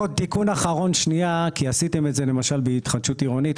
תיקון אחרון כי עשיתם את זה בהתחדשות עירונית.